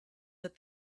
that